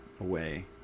away